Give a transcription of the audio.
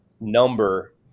number